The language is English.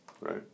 right